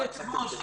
כבוד היושב ראש,